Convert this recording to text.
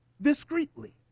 Discreetly